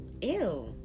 Ew